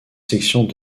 sections